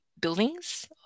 buildings